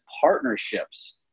partnerships